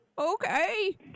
Okay